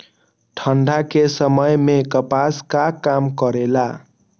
ठंडा के समय मे कपास का काम करेला?